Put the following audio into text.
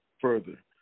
further